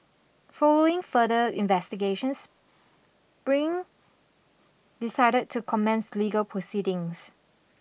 following further investigations spring decided to commence legal proceedings